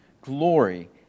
glory